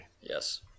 Yes